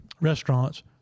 restaurants